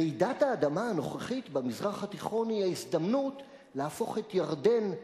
רעידת האדמה הנוכחית במזרח התיכון היא ההזדמנות להפוך את ירדן,